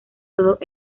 todos